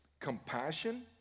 Compassion